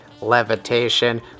Levitation